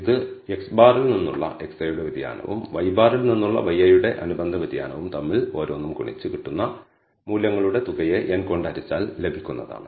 ഇത് x̅ യിൽ നിന്നുള്ള xi യുടെ വ്യതിയാനവും y̅ യിൽ നിന്നുള്ള yi യുടെ അനുബന്ധ വ്യതിയാനവും തമ്മിൽ ഓരോന്നും ഗുണിച്ച് കിട്ടുന്ന മൂല്യങ്ങളുടെ തുകയെ n കൊണ്ട് ഹരിച്ചാൽ ലഭിക്കുന്നതാണ്